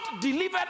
delivered